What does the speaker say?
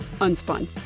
unspun